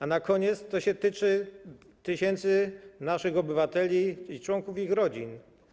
A na koniec - to się tyczy tysięcy naszych obywateli i członków ich rodzin.